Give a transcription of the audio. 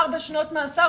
ארבע שנות מאסר,